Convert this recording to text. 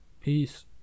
Peace